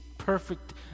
perfect